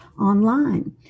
online